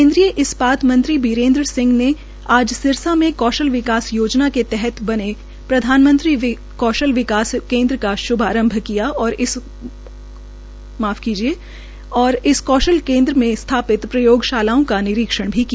केन्द्रीय इस्पात मंत्री बीरेन्द्र सिंह ने आज सिरसा के कौशल विकास योजना के तहत प्रधानमंत्री कौशल विकास केन्द्र का श्भारंभ किया और कौशल केन्द्र में स्थापित प्रयोगशालाओं का निरीक्षण भी किया